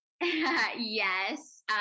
yes